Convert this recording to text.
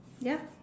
ya